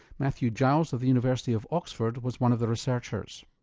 matthew giles of the university of oxford was one of the researchers.